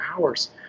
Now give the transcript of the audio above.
hours